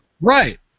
Right